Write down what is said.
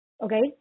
okay